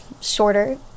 shorter